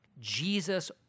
Jesus